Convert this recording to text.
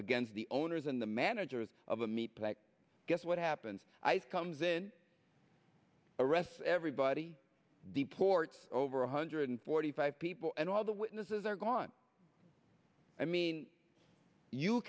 against the owners and the managers of a meat packing guess what happens ice comes in arrests everybody deport over one hundred forty five people and all the witnesses are gone i mean you